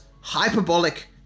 hyperbolic